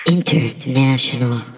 International